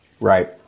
Right